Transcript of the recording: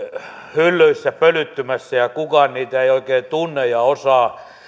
hyllyissä pölyttymässä ja kukaan niitä ei oikein tunne ja osaa